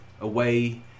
away